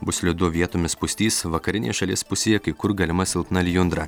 bus slidu vietomis pustys vakarinėje šalies pusėje kai kur galima silpna lijundra